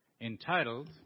entitled